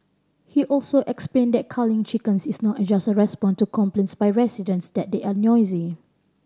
he also explained that culling chickens is not a just response to complaints by residents that they are noisy